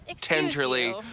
tenderly